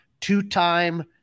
two-time